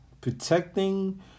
protecting